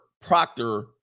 proctor